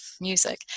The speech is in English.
music